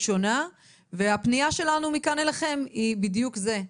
שונה והפנייה שלנו מכאן אליכם היא בדיוק זה.